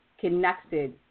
connected